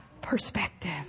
perspective